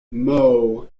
mow